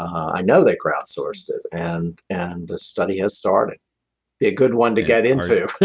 i know they crowdsourced it and and the study has started, be a good one to get into